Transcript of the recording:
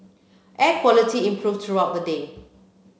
air quality improved throughout the day